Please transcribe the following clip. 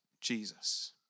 Jesus